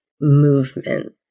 movement